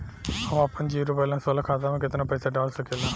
हम आपन zero balance वाला खाता मे केतना पईसा डाल सकेला?